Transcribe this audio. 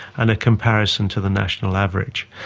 and a comparison to the national average.